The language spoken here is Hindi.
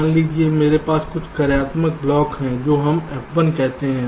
मान लीजिए कि मेरे पास कुछ कार्यात्मक ब्लॉक हैं तो हम F1 कहते हैं